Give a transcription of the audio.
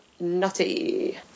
Nutty